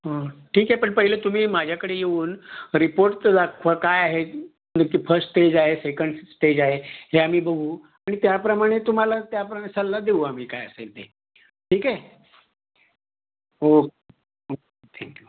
हं ठीक आहे पण पहिले तुम्ही माझ्याकडे येऊन रिपोर्ट्स तर दाखवा काय आहेत आणि ती फस्ट स्टेज आहे सेकंड स्टेज आहे हे आम्ही बघू आणि त्याप्रमाणे तुम्हाला त्याप्रमाणे सल्ला देऊ आम्ही काय असेल ते ठीक आहे ओ थँक्यू